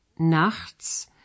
nachts